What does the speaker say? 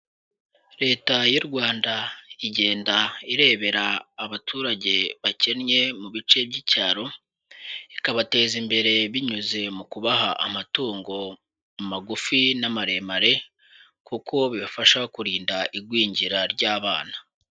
Leta y'u Rwanda igenda irebera abaturage bakennye mu bice by'icyaro, ikabateza imbere binyuze mu kubaha amatungo magufi n'amaremare, kuko bibafasha kurinda igwingira ry'abana.